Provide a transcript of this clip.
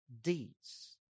deeds